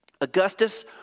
Augustus